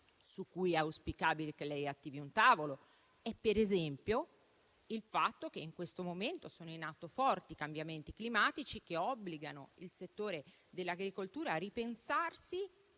su cui è auspicabile che lei attivi un tavolo. Penso anche al fatto che in questo momento sono in atto forti cambiamenti climatici, che obbligano il settore dell'agricoltura a ripensarsi